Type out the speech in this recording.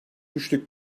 güçlük